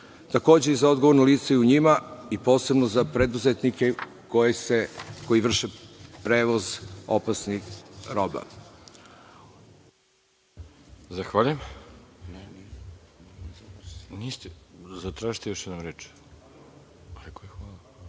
takođe i za odgovorno lice i u njima i posebno za preduzetnike koji vrše prevoz opasnih roba.